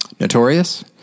Notorious